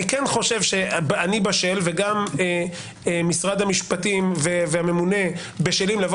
אני בשל וגם משרד המשפטים והממונה בשלים לומר